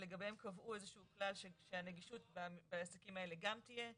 לגביהם קבעו איזה שהוא כלל שהנגישות בעסקים האלה גם תהיה בתצהיר,